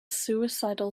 suicidal